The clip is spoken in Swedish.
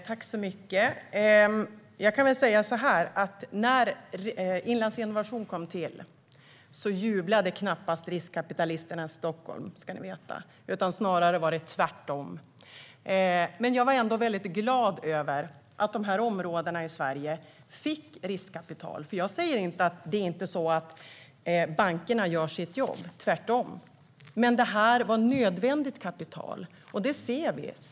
Herr talman! Jag kan väl säga så här: När Inlandsinnovation kom till jublade knappast riskkapitalisterna i Stockholm, ska ni veta. Snarare var det tvärtom. Jag var dock väldigt glad över att dessa områden i Sverige fick riskkapital. Jag säger inte att bankerna inte gör sitt jobb - tvärtom. Men det här var nödvändigt kapital, och det ser vi.